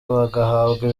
bagahabwa